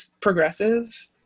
progressive